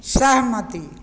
सहमति